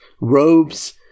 robes